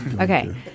Okay